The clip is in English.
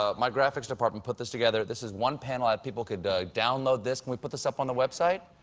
ah my graphics department put this together. this is one panel, people could download this. can we put this up on the the web site?